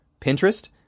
Pinterest